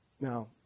Now